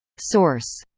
source